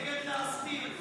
קיום מסיבת